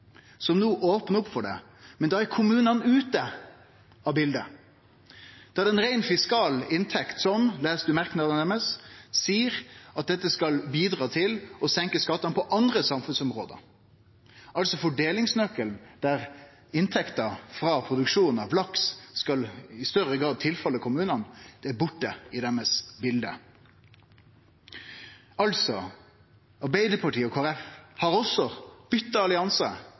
som no opnar opp for det, men da er kommunane ute av bildet. Det er ei rein fiskal inntekt som, om ein les merknadene deira, skal bidra til å senke skattane på andre samfunnsområde. Fordelingsnøkkelen der inntekta frå produksjonen av laks i større grad skal tilkome kommunane, er borte i bildet deira. Arbeidarpartiet og Kristeleg Folkeparti har også bytt allianse